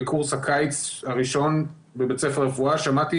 בקורס הקיץ הראשון בבית ספר לרפואה שמעתי